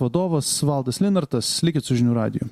vadovas valdas linartas likit su žinių radiju